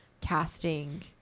casting